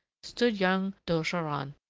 stood young d'ogeron,